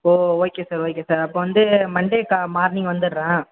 ஓ okay sir okay sir அப்போ வந்து Monday கா மார்னிங் வந்துடுறேன்